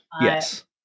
Yes